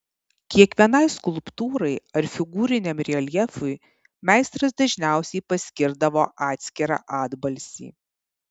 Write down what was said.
kiekvienai skulptūrai ar figūriniam reljefui meistras dažniausiai paskirdavo atskirą atbalsį